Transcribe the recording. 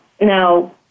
Now